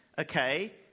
Okay